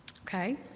Okay